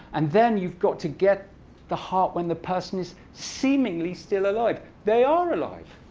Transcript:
and then you've got to get the heart when the person is seemingly still alive. they are alive.